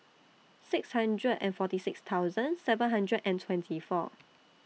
six hundred and forty six thousand seven hundred and twenty four